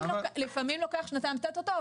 לפעמים לוקח שנתיים לתת אותו,